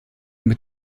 mit